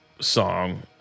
song